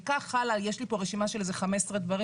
וכך הלאה יש לי פה רשימה של כ-15 דברים,